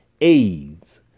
AIDS